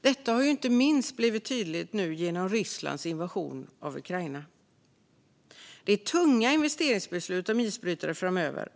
Detta har inte minst blivit tydligt nu genom Rysslands invasion av Ukraina. Det är tunga investeringsbeslut om isbrytare framöver.